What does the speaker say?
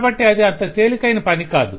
కాబట్టి అది అంత తేలికైన పని కాదు